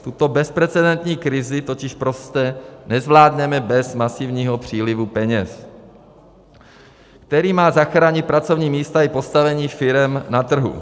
Tuto bezprecedentní krizi totiž prostě nezvládneme bez masivního přílivu peněz, který má zachránit pracovní místa i postavení firem na trhu.